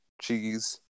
cheese